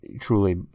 truly